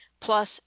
plus